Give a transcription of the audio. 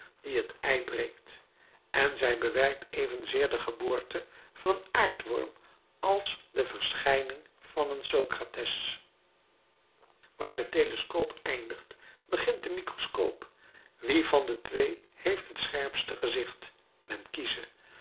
die het ei breekt en zij bewerkt evenzeer de geboorte van een aardworm als de verschijning van een sokrates waar de telescoop eindigt begint de microscoop wie van de twee heeft het scherpste gezicht men kieze